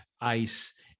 ice